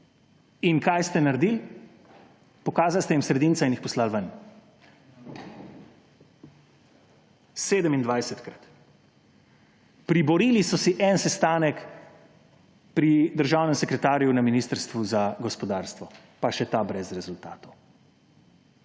In kaj ste naredili? Pokazali ste jim sredinca in jih poslali ven. 27-krat! Priborili so si en sestanek pri državnem sekretarju na Ministrstvu za gospodarstvo, pa še ta brez rezultatov.